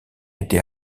été